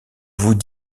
vous